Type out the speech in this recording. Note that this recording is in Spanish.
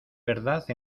verdad